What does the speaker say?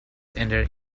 ended